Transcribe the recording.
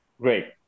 great